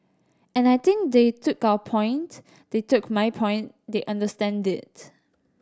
and I think they took our point they took my point they understand it